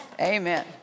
Amen